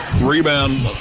Rebound